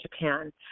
Japan